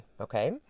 Okay